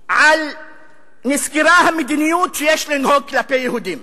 נסקרה המדיניות שיש לנהוג כלפי יהודים.